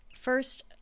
First